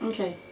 Okay